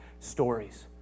Stories